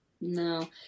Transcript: no